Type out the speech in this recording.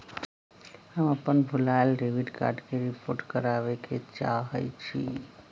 हम अपन भूलायल डेबिट कार्ड के रिपोर्ट करावे के चाहई छी